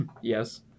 Yes